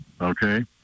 Okay